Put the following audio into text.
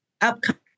upcoming